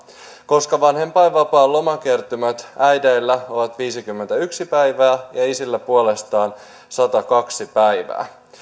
koska vanhempainvapaan lomakertymät äideillä ovat viisikymmentäyksi päivää ja isillä puolestaan satakaksi päivää